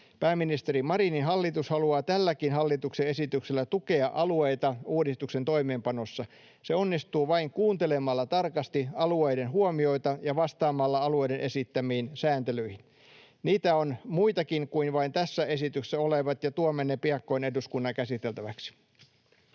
Pääministeri Marinin hallitus haluaa tälläkin hallituksen esityksellä tukea alueita uudistuksen toimeenpanossa. Se onnistuu vain kuuntelemalla tarkasti alueiden huomioita ja vastaamalla alueiden esittämiin sääntelytarpeisiin. Niitä on muitakin kuin vain tässä esityksessä olevat, ja tuomme ne piakkoin eduskunnan käsiteltäväksi.